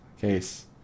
case